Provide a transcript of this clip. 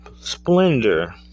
splendor